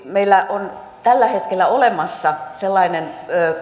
meillä on tällä hetkellä olemassa esimerkiksi sellainen